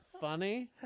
funny